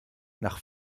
nach